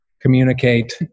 communicate